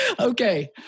Okay